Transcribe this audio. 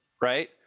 Right